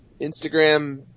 Instagram